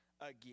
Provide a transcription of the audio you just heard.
again